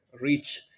reach